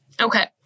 Okay